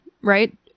right